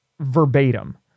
verbatim